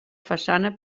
façana